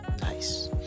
nice